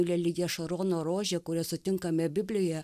lelija šarono rožė kurią sutinkame biblijoje